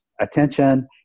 attention